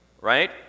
right